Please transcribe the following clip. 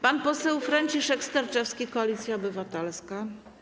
Pan poseł Franciszek Sterczewski, Koalicja Obywatelska.